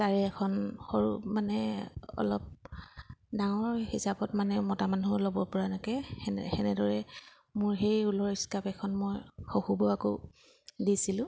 তাৰে এখন সৰু মানে অলপ ডাঙৰ হিচাপত মানে মতা মানুহেও ল'ব পৰা এনেকৈ সেনেদৰে মোৰ সেই ওলৰ স্কাৰ্প এখন মই শহুৰবুঢ়াকো দিছিলোঁ